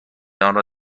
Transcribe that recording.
آنرا